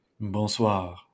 bonsoir